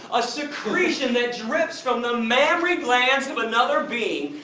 a secretion that drips from the mammary glands of another being,